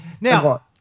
Now